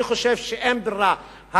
אני חושב שאין ברירה,